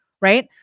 Right